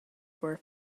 were